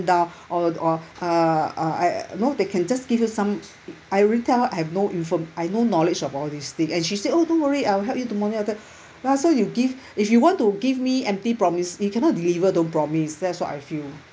down or or uh I know they can just give you some I already tell her I have no informa~ I've no knowledge about this thing and she said oh don't worry I will help you to monitor where so you give if you want to give me empty promise you cannot deliver don't promise that's what I feel